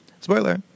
Spoiler